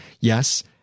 yes